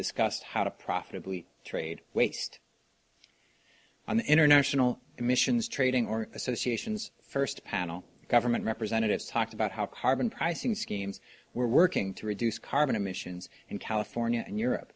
discussed how to profitably trade waste on international emissions trading or associations first panel government representatives talked about how carbon pricing schemes were working to reduce carbon emissions in california and europe